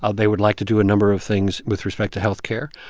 ah they would like to do a number of things with respect to health care.